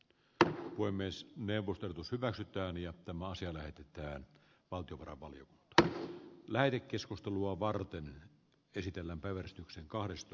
tämä voi myös neuvottelut us hyväksytään ja tämä asia lähetetään palturvallin b lähetekeskustelua varten kehitellä mentääs ajoissa